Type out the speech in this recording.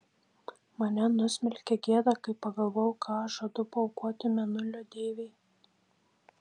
mane nusmelkė gėda kai pagalvojau ką žadu paaukoti mėnulio deivei